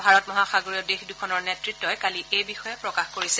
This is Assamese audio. ভাৰত মহাসাগৰীয় দেশদুখনৰ নেতৃত্বই কালি এই বিষয়ে প্ৰকাশ কৰিছে